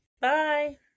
Bye